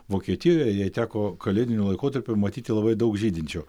vokietijoje jai teko kalėdiniu laikotarpiu matyti labai daug žydinčių